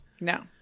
No